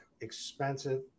expensive